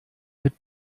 mit